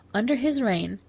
under his reign,